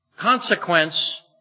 consequence